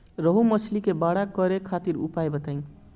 रोहु मछली के बड़ा करे खातिर उपाय बताईं?